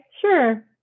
sure